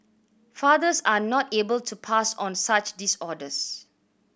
fathers are not able to pass on such disorders